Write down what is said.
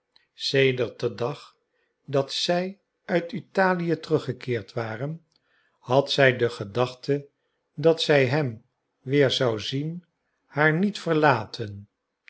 sedert den dag dat zij uit italië teruggekeerd waren had de gedachte dat zij hem weer zou zien haar niet verlaten